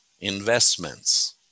investments